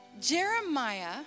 Jeremiah